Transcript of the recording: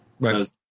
Right